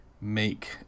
make